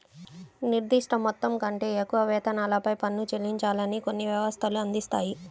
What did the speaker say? నిర్దిష్ట మొత్తం కంటే ఎక్కువ వేతనాలపై పన్ను చెల్లించాలని కొన్ని వ్యవస్థలు అందిస్తాయి